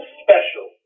special